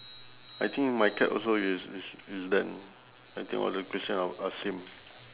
I think my card also is is is done I think all the questions are are same